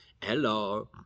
Hello